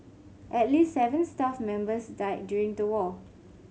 at least seven staff members died during the war